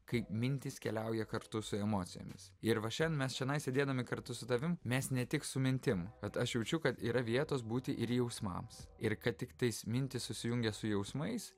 kai mintys keliauja kartu su emocijomis ir va šiandien mes čionai sėdėdami kartu su tavim mes ne tik su mintim vat aš jaučiu kad yra vietos būti ir jausmams ir tiktais mintys susijungia su jausmais